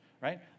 right